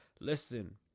Listen